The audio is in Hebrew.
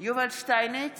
יובל שטייניץ,